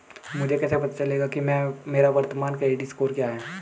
मुझे कैसे पता चलेगा कि मेरा वर्तमान क्रेडिट स्कोर क्या है?